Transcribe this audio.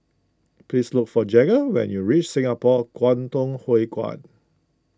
please look for Jagger when you reach Singapore Kwangtung Hui Kuan